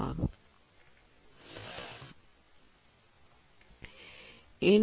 കൂടാതെ ഒരു തത്സമയ ഓപ്പറേറ്റിംഗ് സിസ്റ്റത്തിൽ ഇന്ററപ്റ്റ് ലേറ്റൻസി ആവശ്യകതകളും ഉണ്ട്